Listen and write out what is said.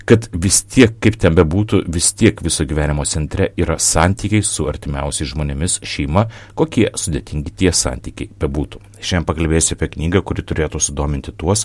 kad visi tiek kaip ten bebūtų vis tiek viso gyvenimo centre yra santykiai su artimiausiais žmonėmis šeima kokie sudėtingi tie santykiai bebūtų šiandien pakalbėsiu apie knygą kuri turėtų sudominti tuos